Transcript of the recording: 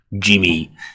Jimmy